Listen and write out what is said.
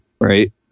Right